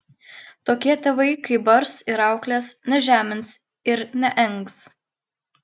tokie tėvai kai bars ir auklės nežemins ir neengs